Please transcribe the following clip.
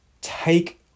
take